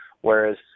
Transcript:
whereas